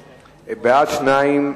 בעד, 2,